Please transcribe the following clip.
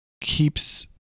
keeps